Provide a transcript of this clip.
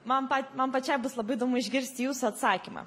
man pat man pačiai bus labai įdomu išgirsti jūsų atsakymą